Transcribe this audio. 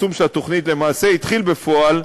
יישום התוכנית למעשה התחיל, בפועל,